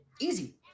Easy